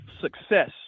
success